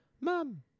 mom